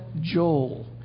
Joel